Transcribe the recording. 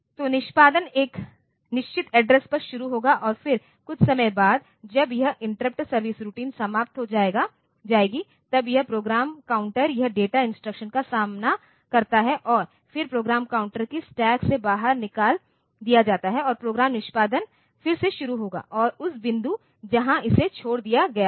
तो निष्पादन एक निश्चित एड्रेस पर शुरू होगा और फिर कुछ समय बाद जब यह इंटरप्ट सर्विस रूटीन समाप्त हो जाएगी तब यह प्रोग्राम काउंटर यह डेटा इंस्ट्रक्शन का सामना करता है और फिर प्रोग्राम काउंटर को स्टैक से बाहर निकाल दिया जाता है और प्रोग्राम निष्पादन फिर से शुरू होगा उस बिंदु जहां इसे छोड़ दिया गया था